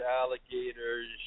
alligators